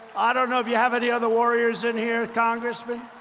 i don't know if you have any other warriors in here, congressmen,